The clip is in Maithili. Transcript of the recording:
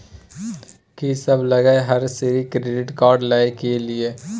कि सब लगय हय सर क्रेडिट कार्ड लय के लिए?